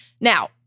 Now